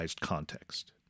context